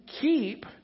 keep